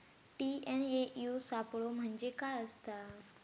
TNAU सापलो म्हणजे काय असतां?